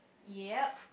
yep